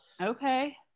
Okay